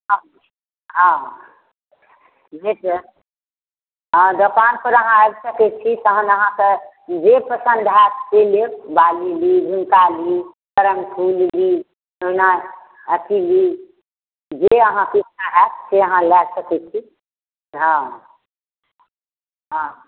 हँ हँ भेट जायत हँ दोकानपर अहाँ आबि सकै छी तखन अहाँकेँ जे पसन्द हैत से लेब बाली ली झुमका ली कर्णफूल ली ओना अथी ली जे अहाँके इच्छा हैत से अहाँ लए सकै छी हँ हँ